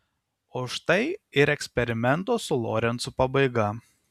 o štai ir eksperimento su lorencu pabaiga